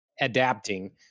adapting